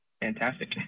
Fantastic